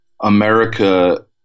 America